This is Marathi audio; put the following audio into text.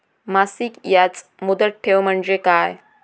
मासिक याज मुदत ठेव म्हणजे काय?